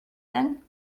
then